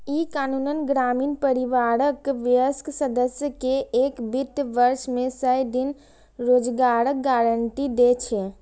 ई कानून ग्रामीण परिवारक वयस्क सदस्य कें एक वित्त वर्ष मे सय दिन रोजगारक गारंटी दै छै